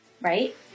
right